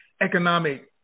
economic